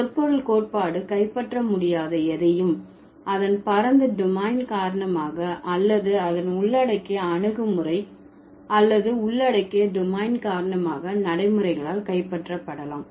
சொற்பொருள் கோட்பாடு கைப்பற்ற முடியாத எதையும் அதன் பரந்த டொமைன் காரணமாக அல்லது அதன் உள்ளடக்கிய அணுகுமுறை அல்லது உள்ளடக்கிய டொமைன் காரணமாக நடைமுறைகளால் கைப்பற்றப்படலாம்